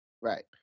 Right